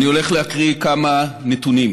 אני הולך להקריא כמה נתונים: